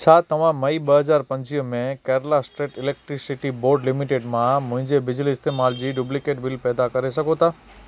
छा तव्हां मई ॿ हज़ार पंजिवीह में Kerala state electricity board limited मां मुंहिंजे बिजली इस्तेमाल जी डुब्लीकेट बिल पैदा करे सघो था